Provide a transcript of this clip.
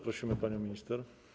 Proszę panią minister.